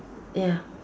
ya